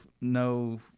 no